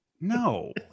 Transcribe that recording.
No